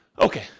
Okay